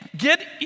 Get